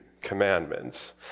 commandments